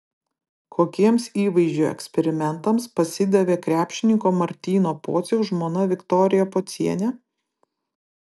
kokiems įvaizdžio eksperimentams pasidavė krepšininko martyno pociaus žmona viktorija pocienė